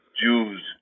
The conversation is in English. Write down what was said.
Jews